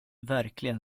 verkligen